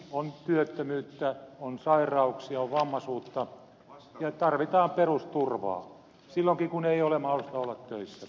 on työttömyyttä on sairauksia on vammaisuutta ja tarvitaan perusturvaa silloinkin kun ei ole mahdollisuutta olla töissä